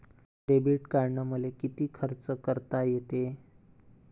Debit कार्डानं मले किती खर्च करता येते?